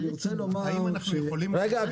אני רוצה לומר ש --- האם אנחנו יכולים --- רגע,